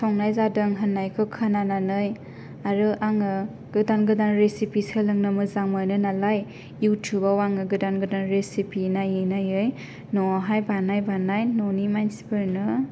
संनाय जादों होन्नायखौ खोनानानै आरो आङो गोदान गोदान रेशिपि सोलोंनो मोजां मोनो नालाय इयुटुबाव आङो गोदान गोदान रेशिपि नायै नायै न'आवहाय बानाय बानाय न'नि मानसिफोरनो